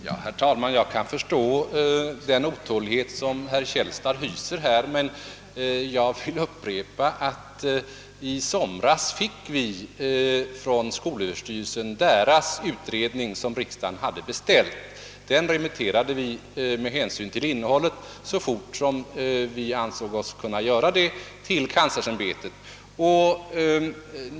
Herr talman! Jag kan förstå den otålighet som herr Källstad hyser, men jag vill upprepa att vi i somras från skolöverstyrelsen fick dess utredning, som riksdagen hade beställt. Den remitterade vi med hänsyn till innehållet så fort som vi ansåg oss kunna göra det till kanslersämbetet.